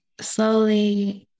slowly